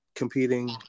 competing